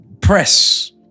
press